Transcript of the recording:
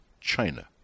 China